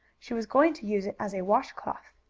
she was going to use it as a washcloth.